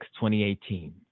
2018